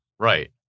Right